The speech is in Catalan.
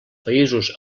països